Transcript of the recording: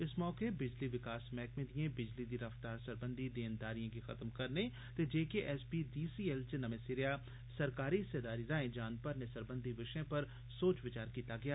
इस मौके बिजली विकास मैहकमे दिएं बिजली दी खरीद सरबंधी देनदारिएं गी खत्म करने ते जेकेएसपीडीसीएल च नमें सिरेया सरकारी हिस्सेदारी राएं जान भरने सरबंधी विषयें पर सोच बचार कीता गेआ